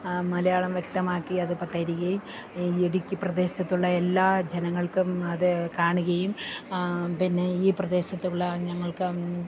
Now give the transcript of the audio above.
മലയാളം വ്യക്തമാക്കി അത് തരുകയും ഇടുക്കി പ്രദേശത്തുള്ള എല്ലാ ജനങ്ങൾക്കും അത് കാണിക്കുകയും പിന്നെ ഈ പ്രദേശത്തുള്ള ഞങ്ങൾക്ക്